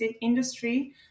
industry